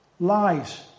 Lies